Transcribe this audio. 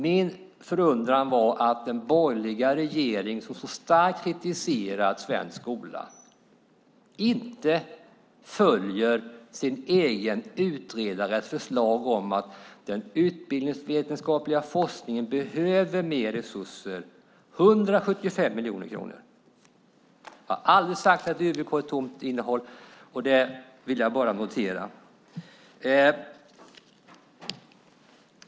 Min förundran var att den borgerliga regering som så starkt kritiserat svensk skola inte följer sin egen utredares förslag om att den utbildningsvetenskapliga forskningen behöver mer resurser - 175 miljoner kronor. Jag har aldrig sagt att UVK saknar innehåll. Det vill jag notera.